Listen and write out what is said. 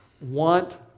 want